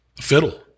fiddle